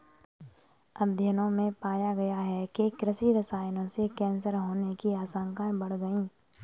अध्ययनों में पाया गया है कि कृषि रसायनों से कैंसर होने की आशंकाएं बढ़ गई